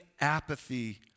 apathy